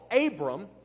Abram